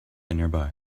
nearby